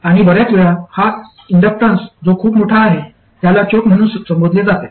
आणि बर्याच वेळा हा इन्डक्टन्स जो खूप मोठा आहे त्याला चोक म्हणून संबोधले जाते